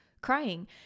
crying